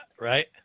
Right